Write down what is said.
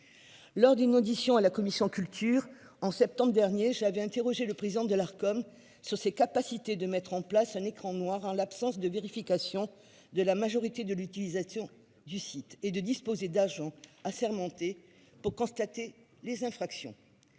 Lors d'une audition à la commission culture en septembre dernier j'avais interrogé le président de l'Arcom sur ses capacités de mettre en place un écran noir en l'absence de vérification de la majorité de l'utilisation du site et de disposer d'agents assermentés pour constater les infractions.